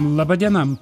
laba diena